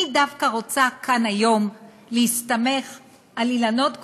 אני דווקא רוצה כאן היום להסתמך על אילנות גבוהים,